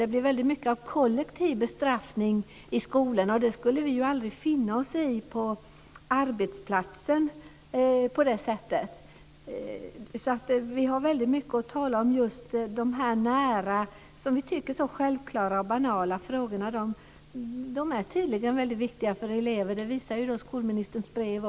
Det blir väldigt mycket av kollektiv bestraffning i skolorna. Det skulle vi aldrig finna oss i på arbetsplatsen på det sättet. Vi har väldigt mycket att tala om när det gäller de nära och som vi tycker så självklara och banala frågorna. De är tydligen väldigt viktiga för eleverna. Det visar skolministerns brev.